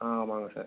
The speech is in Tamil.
ஆ ஆமாம்ங்க சார்